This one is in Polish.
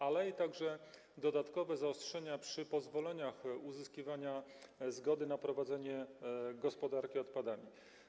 Ale mamy tu także dodatkowe zaostrzenia przy pozwoleniach, uzyskiwaniu zgody na prowadzenie gospodarki odpadami.